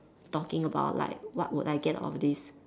talking about like what would I get out of this